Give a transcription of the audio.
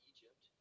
Egypt